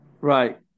Right